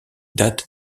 date